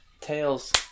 Tails